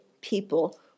people